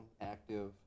active